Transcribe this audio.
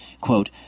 Quote